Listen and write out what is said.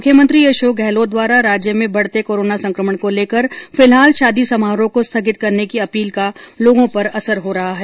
मुख्यमंत्री अशोक गहलोत द्वारा राज्य में बढते कोरोना संकमण को लेकर फिलहाल शादी समारोह को स्थगित करने की अपील का लोगों पर असर हो रहा है